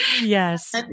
Yes